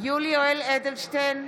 יולי יואל אדלשטיין,